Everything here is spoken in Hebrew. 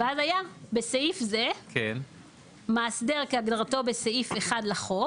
ואז היה "בסעיף זה "מאסדר" כהגדרתו בסעיף (1) לחוק...",